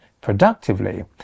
productively